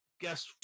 guess